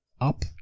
up